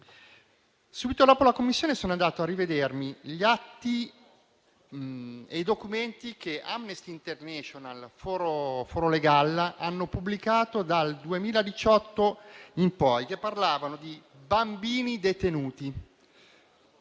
Subito dopo l'audizione in Commissione sono andato a rivedermi gli atti e i documenti che Amnesty International e Foro Penal hanno pubblicato dal 2018 in poi, che parlavano di bambini detenuti,